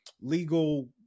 legal